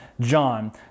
John